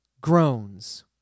groans